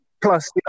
plus